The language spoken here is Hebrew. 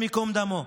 השם ייקום דמו.